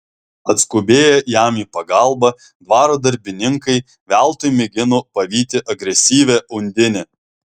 atskubėję jam į pagalbą dvaro darbininkai veltui mėgino pavyti agresyvią undinę